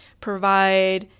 provide